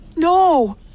No